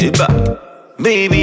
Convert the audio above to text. baby